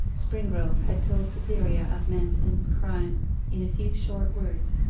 springrove had told cytherea of manston's crime in a few short words.